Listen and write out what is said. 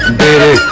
baby